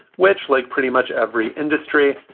which, like pretty much every industry,